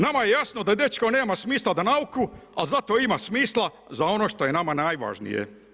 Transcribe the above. Nama je jasno da dečko nema smisla za nauku, ali zato ima smisla za ono što je nama najvažnije.